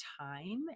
time